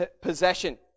possession